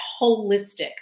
holistic